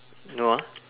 no ah